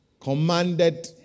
commanded